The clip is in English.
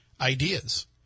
ideas